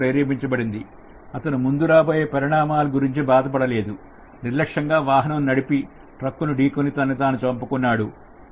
అతను ముందు రాబోయే పరిణామాల గురించి బాధ పడలేదు నిర్లక్ష్యంగా వాహనం నడిపి ట్రక్కును ఢీకొని తనని తాను చంపుతున్నాడు